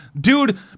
dude